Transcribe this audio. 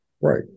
Right